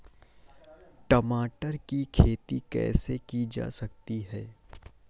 टमाटर की खेती कैसे की जा सकती है?